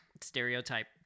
stereotype